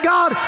God